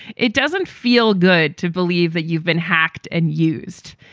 it doesn't feel good to believe that you've been hacked and used.